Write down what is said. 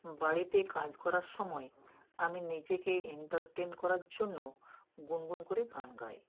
বাড়িতে কাজ করার সময় আমি নিজেকে এন্টারটেন করার জন্য গুনগুন করে গান গাই